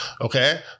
Okay